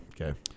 Okay